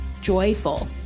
joyful